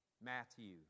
Matthew